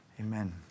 Amen